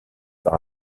par